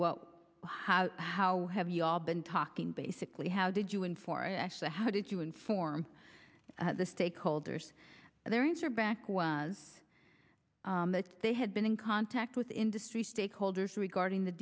well how how have you all been talking basically how did you in for actually how did you inform the stakeholders their answer back was that they had been in contact with industry stakeholders regarding the